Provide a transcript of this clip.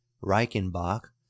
Reichenbach